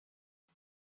det